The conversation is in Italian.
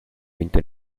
vinto